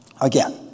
Again